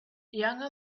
younger